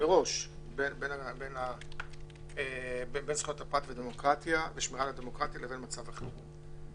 מראש בין זכויות הפרט והדמוקרטיה ושמירה על הדמוקרטיה לבין מצב החירום.